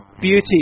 beauty